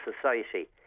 society